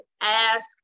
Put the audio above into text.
Ask